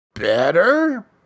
better